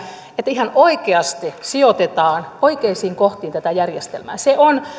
että ihan oikeasti sijoitetaan oikeisiin kohtiin tätä järjestelmää